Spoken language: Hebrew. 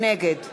נגד